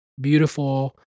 beautiful